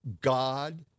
God